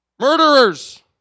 murderers